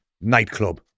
nightclub